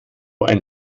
ein